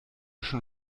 schon